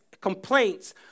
complaints